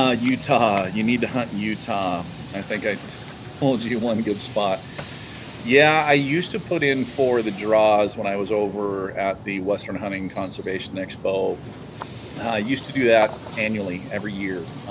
ah utah you need to hunt in utah i think i told you you one good spot yeah i used to put in for the draws when i was over at the western hunting conservation expo i used to do that annually every year